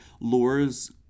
lures